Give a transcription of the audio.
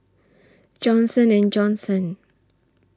Johnson and Johnson